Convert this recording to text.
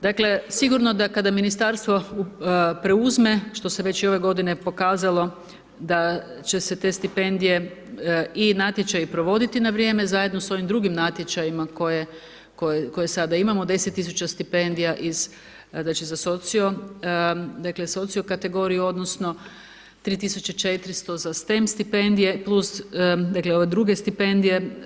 Dakle, sigurno da kada ministarstvo preuzme, što se već i ove godine pokazalo da će se te stipendije i natječaji provoditi na vrijeme, zajedno i s ovim drugim natječajima koje sada imamo, 10 tisuća stipendija iz, znači socio kategoriju odnosno 3400 za STEM stipendije plus ove druge stipendije.